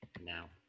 Now